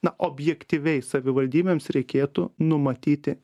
na objektyviai savivaldybėms reikėtų numatyti